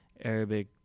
Arabic-